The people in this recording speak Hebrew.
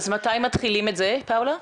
אז מתי מתחילים את זה, פאולה?